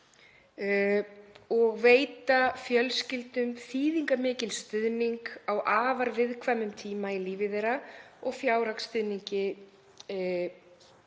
og veita fjölskyldum þýðingarmikinn stuðning á afar viðkvæmum tíma í lífi þeirra og fjárhagsstuðning